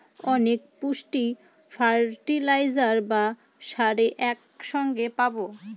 অনেক পুষ্টি ফার্টিলাইজার বা সারে এক সঙ্গে পাবো